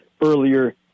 earlier